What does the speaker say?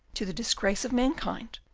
to the disgrace of mankind,